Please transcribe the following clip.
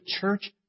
church